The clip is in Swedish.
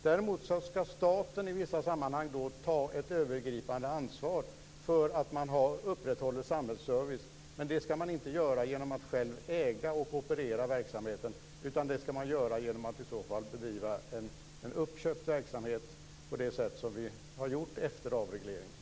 Däremot skall staten i vissa sammanhang ta ett övergripande ansvar för att upprätthålla samhällsservice, men det skall man inte göra genom att själv äga och operera verksamheten utan genom uppköpt verksamhet, på det sätt som vi har gjort efter avregleringen.